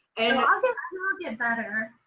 and i get better.